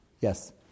Yes